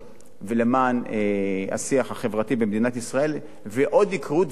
למען השיח החברתי במדינת ישראל, ועוד יקרו דברים.